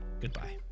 Goodbye